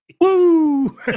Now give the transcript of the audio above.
Woo